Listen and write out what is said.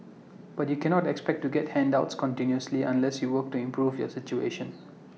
but you cannot expect to get handouts continuously unless you work to improve your situation